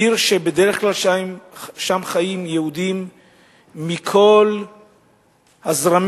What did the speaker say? עיר שבדרך כלל חיים בה יהודים מכל הזרמים,